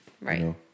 right